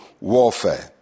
warfare